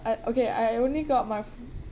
uh okay I only got my